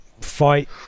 fight